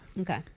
Okay